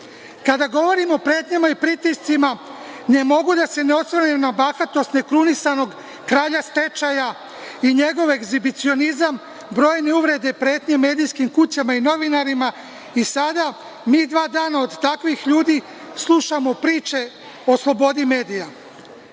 govorim o pretnjama i pritiscima, ne mogu a da se ne osvrnem na bahatost nekrunisanog kralja stečaja i njegov egzibicionizam, brojne uvrede i pretnje medijskim kućama i novinarima i sada, mi dva dana od takvih ljudi slušamo priče o slobodi medija.